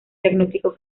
diagnóstico